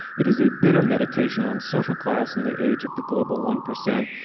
it is a bitter meditation on social class in the age of the global one percent.